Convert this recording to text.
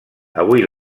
avui